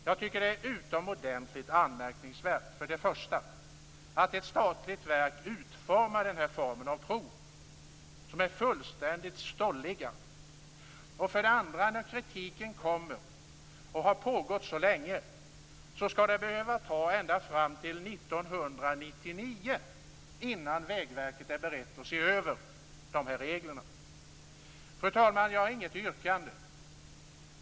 Jag tycker att det är utomordentligt anmärkningsvärt för det första att ett statligt verk utformar den här typen av prov som är fullständigt stolliga och för det andra att det - efter så långvarig kritik - skall behöva ta ända fram till 1999 innan Vägverket är berett att se över reglerna. Fru talman! Jag har inget yrkande.